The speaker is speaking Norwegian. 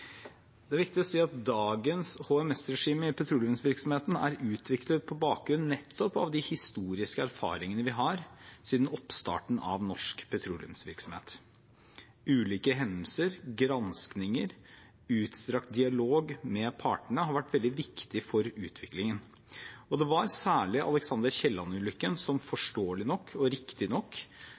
Det er viktig å si at dagens HMS-regime i petroleumsvirksomheten er utviklet på bakgrunn nettopp av de historiske erfaringene vi har siden oppstarten av norsk petroleumsvirksomhet. Ulike hendelser og granskinger samt utstrakt dialog med partene har vært veldig viktige for utviklingen. Det var særlig Alexander L. Kielland-ulykken som forståelig nok og riktig nok